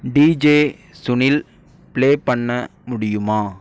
DJ Sunil play பண்ண முடியுமா